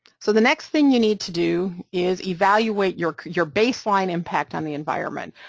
so the next thing you need to do is evaluate your your baseline impact on the environment,